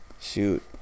shoot